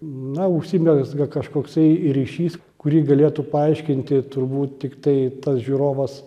na užsimezga kažkoksai ryšys kurį galėtų paaiškinti turbūt tiktai tas žiūrovas